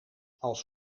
als